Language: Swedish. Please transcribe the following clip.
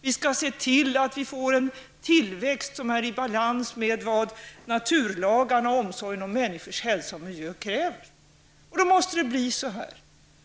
Vi skall se till att vi får en tillväxt som är i balans med vad naturlagarna och omsorgen om människors hälsa och miljö kräver. Då måste det bli så här.